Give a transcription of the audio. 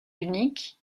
uniques